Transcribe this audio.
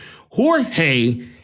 Jorge